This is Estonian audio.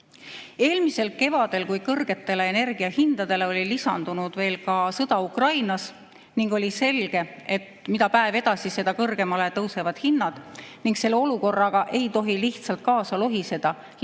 Eelmisel kevadel, kui kõrgetele energiahindadele oli lisandunud ka sõda Ukrainas, oli selge, et mida päev edasi, seda kõrgemale tõusevad hinnad ning selle olukorraga ei tohi lihtsalt kaasa lohiseda, leppida